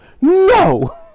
no